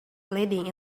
leading